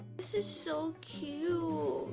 this is so cute